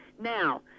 Now